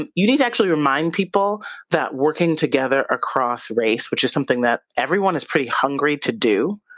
and you need to actually remind people that working together across race, which is something that everyone is pretty hungry to do.